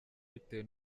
bitewe